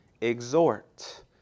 exhort